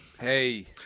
Hey